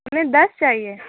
ہمیں دس چاہیے